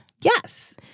Yes